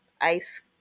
ice